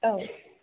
औ